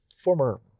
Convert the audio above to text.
former